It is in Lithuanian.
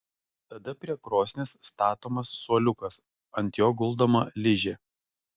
tada prie krosnies statomas suoliukas ant jo guldoma ližė